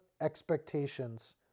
expectations